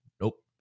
Nope